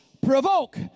provoke